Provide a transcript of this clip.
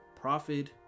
profit